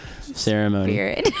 ceremony